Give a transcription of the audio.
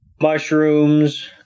Mushrooms